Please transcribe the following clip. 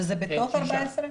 שזה בתוך ה-14?